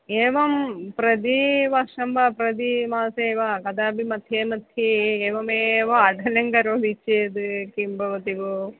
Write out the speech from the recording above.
एवं प्रतिवर्षं वा प्रतिमासे वा कदापि मध्ये मध्ये एवमेव अ धनं करोमि चेत् किं भवति भो